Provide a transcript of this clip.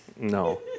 no